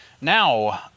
Now